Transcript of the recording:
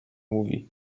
mówi